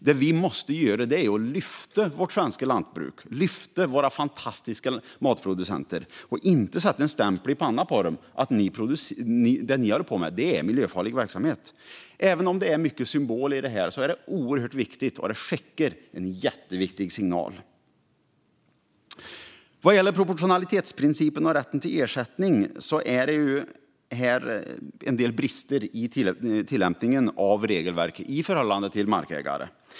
Det vi måste göra är att lyfta fram vårt svenska lantbruk och våra fantastiska matproducenter. Vi ska inte sätta en stämpel i pannan på dem och säga: Det ni håller på med är miljöfarlig verksamhet. Även om det är mycket symbol i detta är det oerhört viktigt. Det skickar en jätteviktig signal. Vad gäller proportionalitetsprincipen och rätten till ersättning finns en del brister i tillämpningen av regelverket i förhållande till markägare.